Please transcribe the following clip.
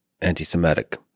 anti-semitic